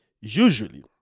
usually